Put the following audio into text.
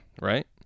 right